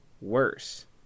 worse